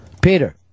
Peter